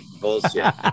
Bullshit